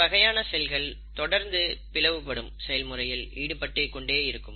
சில வகையான செல்கள் தொடர்ந்து பிளவு படும் செயல்முறையில் ஈடுபட்டுக் கொண்டே இருக்கும்